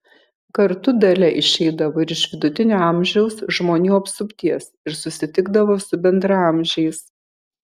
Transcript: kartu dalia išeidavo ir iš vidutinio amžiaus žmonių apsupties ir susitikdavo su bendraamžiais